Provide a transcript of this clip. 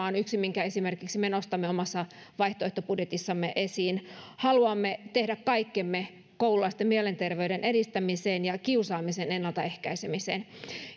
on yksi minkä esimerkiksi me nostamme omassa vaihtoehtobudjetissamme esiin haluamme tehdä kaikkemme koululaisten mielenterveyden edistämiseen ja kiusaamisen ennaltaehkäisemiseen